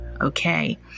okay